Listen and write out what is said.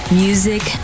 music